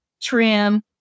trim